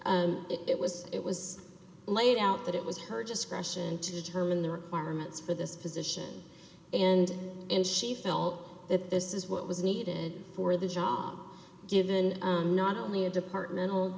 it was it was laid out that it was her just question to determine the requirements for this position and and she felt that this is what was needed for the job given not only a departmental